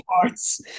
parts